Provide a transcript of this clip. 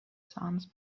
sands